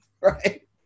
right